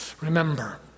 remember